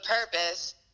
purpose